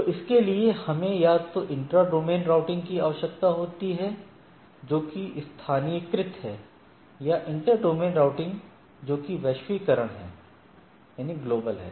तो इसके लिए हमें या तो इंट्रा डोमेन राउटिंग की आवश्यकता होती है जो कि स्थानीयकृत है या इंटर डोमेन राउटिंग जो कि वैश्वीकरण है